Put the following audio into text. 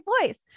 voice